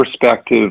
perspective